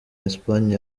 espagne